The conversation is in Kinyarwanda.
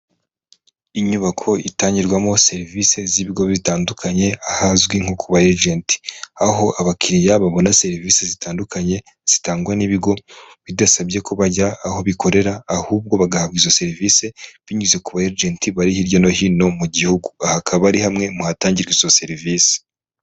Inyubako itangirwamo serivise z'ibigo bitandukanye ahazwi nko ku bagenti, aho abakiriya babona serivisi zitandukanye zitangwa n'ibigo bidasabye ko bajya aho bikorera, ahubwo bagahabwa izo serivisi binyuze ku bagenti bari hirya no hino mu gihugu. Aha hakaba ari hamwe mu hatangirwa izo serivisi.